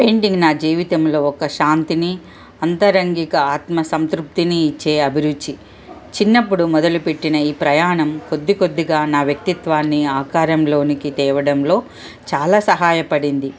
painting నా జీవితంలో ఒక శాంతిని అంతరంగిక ఆత్మ సంతృప్తిని ఇచ్చే అభిరుచి చిన్నప్పుడు మొదలుపెట్టిన ఈ ప్రయాణం కొద్ది కొద్దిగా నా వ్యక్తిత్వాన్ని ఆకారంలోనికి తేవడంలో చాలా సహాయపడింది